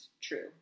true